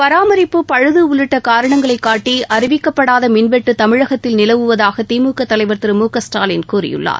பராமரிப்பு பழுது உள்ளிட்ட காரணங்களை காட்டி அறிவிக்கப்படாத மின்வெட்டு தமிழகத்தில் நிலவுவதாக திமுக தலைவர் திரு மு க ஸ்டாலின் கூறியுள்ளார்